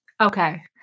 Okay